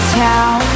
town